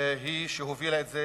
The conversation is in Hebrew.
היא שהובילה את זה